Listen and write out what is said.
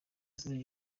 yasize